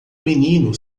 menino